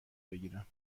بکیرم